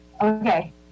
Okay